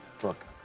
Look